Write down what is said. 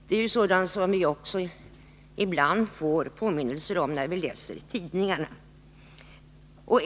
Det får vi också påminnelse om ibland när vi läser tidningarna.